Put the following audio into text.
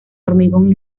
hormigón